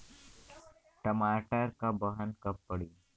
टमाटर क बहन कब पड़ी?